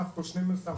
סך הכול 12 תחנות.